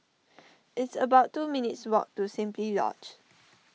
it's about two minutes' walk to Simply Lodge